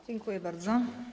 Dziękuję bardzo.